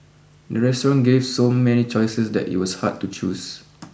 the restaurant gave so many choices that it was hard to choose